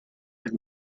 and